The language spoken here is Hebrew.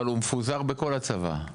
אבל הוא מפוזר בכל הצבא?